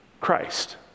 Christ